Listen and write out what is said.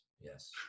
yes